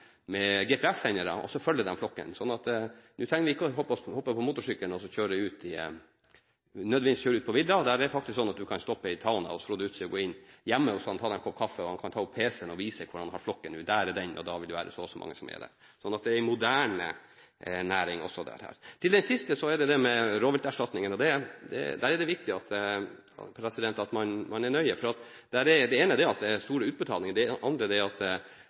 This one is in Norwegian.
med GPS-sendere og så følger de flokken. Nå trenger vi ikke å hoppe på motorsykkelen og nødvendigvis kjøre ut på vidda. Det er faktisk slik at en kan stoppe i Tana hos Frode Utsi, gå inn hjemme hos ham og ta en kopp kaffe. Han kan ta opp pc-en og vise hvor flokken er: Der er den, og da vil det være så og så mange som er der. Så dette er også en moderne næring. Til det siste: Det gjelder rovvilterstatningen. Der er det viktig at man er nøye. Det ene er at det er store utbetalinger, det andre er at det er store dyrelidelser forbundet med det og det tredje er at det er et veldig stort omdømmetap for en næring å ha så store utbetalinger. Det er nok sånn at